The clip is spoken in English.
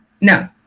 No